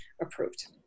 approved